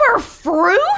fruit